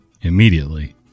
immediately